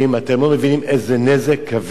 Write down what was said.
אתם לא מבינים איזה נזק כבד